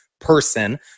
person